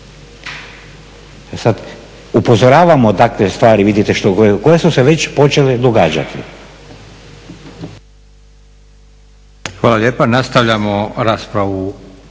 sad, upozoravamo. Takve stvari, vidite koje su se već počele događati. **Leko, Josip (SDP)** Hvala lijepa. Nastavljamo raspravu